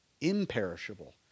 imperishable